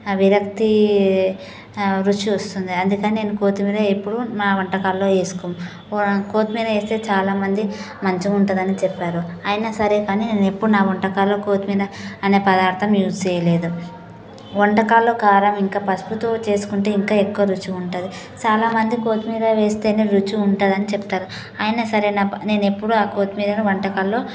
విరక్తి రుచి వస్తుంది అందుకని నేను కొత్తిమీర ఎప్పుడూ నా వంటకాలో వేసుకోను కొత్తిమీర వేస్తే చాలామంది మంచిగా ఉంటుందని చెప్పారు అయినా సరే కానీ నేను ఎప్పుడు నా వంటకాల్లో కొత్తిమీర అనే పదార్థం యూస్ చేయలేదు వంటకాల్లో కారం ఇంకా పసుపుతో చేసుకుంటే ఇంకా ఎక్కువ రుచి ఉంటుంది చాలా మంది కొత్తిమీర వేస్తేనే రుచి ఉంటుంది అని చెప్తారు అయినా సరే నేనెప్పుడూ కొత్తిమీరని వంటకాల్లో